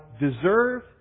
deserve